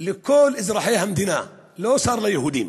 של כל אזרחי המדינה, לא שר ליהודים,